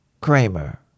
Kramer